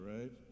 right